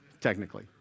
technically